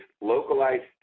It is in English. localized